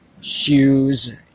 shoes